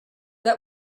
that